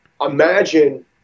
imagine